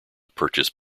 purchase